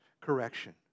correction